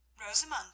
Rosamund